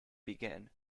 began